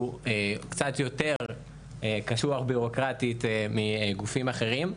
קצת יותר קשוח בירוקרטית מגופים אחרים,